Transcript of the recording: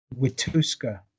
Wituska